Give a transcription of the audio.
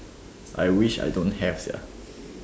I wish I don't have sia